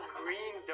green